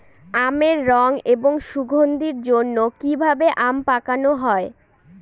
আমের রং এবং সুগন্ধির জন্য কি ভাবে আম পাকানো হয়?